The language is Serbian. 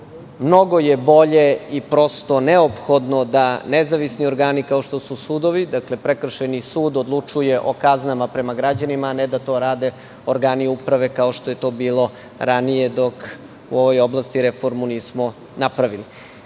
Mnogo je bolje i prosto neophodno da nezavisni organi, kao što su sudovi, dakle, prekršajni sud odlučuje o kaznama prema građanima, a ne da to rade organi uprave, kao što je to bilo ranije, dok u ovoj oblasti reformu nismo napravili.